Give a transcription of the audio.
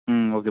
okay